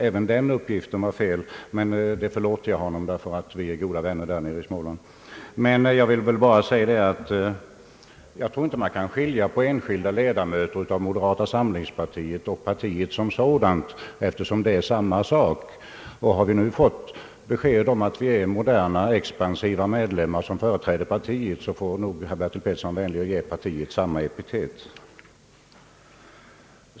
även den uppgiften var felaktig, men det förlåter jag honom, ty vi är goda väner där nere i Småland. Jag tror emellertid inte att han bör skilja på enskilda ledamöter av moderata samlingspartiet och partiet som sådant; vi arbetar för samma sak. När vi nu har fått besked om att det är moderna och expansiva medlemmar som företräder partiet, så får nog herr Bertil Petersson vara vänlig att ge partiet samma epitet.